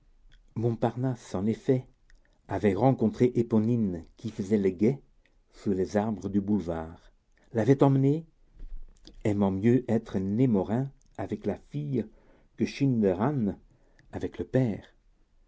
montparnasse en effet ayant rencontré éponine qui faisait le guet sous les arbres du boulevard l'avait emmenée aimant mieux être némorin avec la fille que schinderhannes avec le père